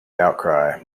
outcry